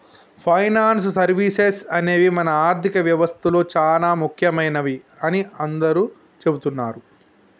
finance services అనేవి మన ఆర్థిక వ్యవస్తలో చానా ముఖ్యమైనవని అందరూ చెబుతున్నరు